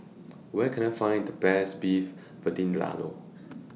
Where Can I Find The Best Beef Vindaloo